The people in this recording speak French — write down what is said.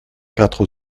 quatre